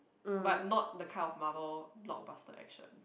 but not the kind of Marvel blockbuster action